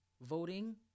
voting